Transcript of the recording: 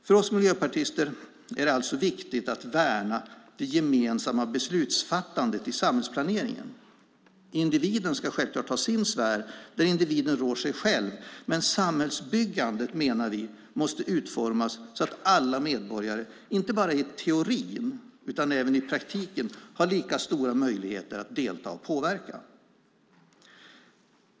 För oss miljöpartister är det alltså viktigt att värna det gemensamma beslutsfattandet i samhällsplaneringen. Individen ska självklart ha sin sfär där individen rår sig själv, men vi menar att samhällsbyggandet måste utformas så att alla medborgare inte bara i teorin utan även i praktiken har lika stora möjligheter att delta och påverka.